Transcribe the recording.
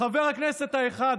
חבר הכנסת האחד,